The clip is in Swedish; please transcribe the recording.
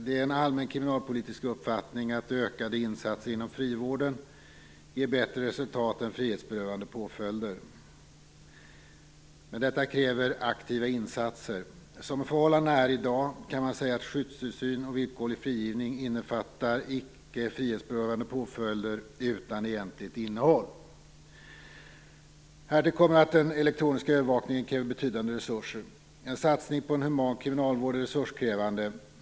Det är en allmän kriminalpolitisk uppfattning att ökade insatser inom frivården ger bättre resultat än frihetsberövande påföljder, men detta kräver aktiva insatser. Som förhållandena är i dag kan man säga att skyddstillsyn och villkorlig frigivning innefattar icke frihetsberövande påföljder utan egentligt innehåll. Härtill kommer att den elektroniska övervakningen kräver betydande resurser. En satsning på en human kriminalvård är resurskrävande.